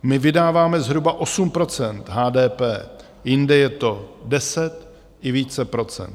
My vydáváme zhruba 8 % HDP, jinde je to 10 i více procent.